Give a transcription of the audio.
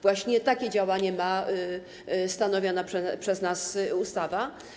Właśnie takie działanie ma stanowiona przez nas ustawa.